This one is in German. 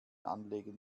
anlegen